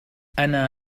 أنا